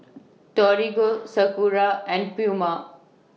Torigo Sakura and Puma